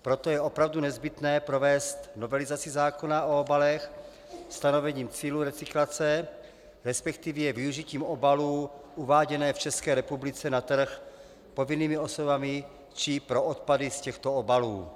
Proto je opravdu nezbytné provést novelizaci zákona o obalech stanovením cílů recyklace, respektive využití pro obaly uváděné v České republice na trh povinnými osobami či pro odpady z těchto obalů.